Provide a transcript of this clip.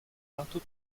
marteau